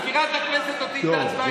מזכירת הכנסת תוציא את ההצבעה.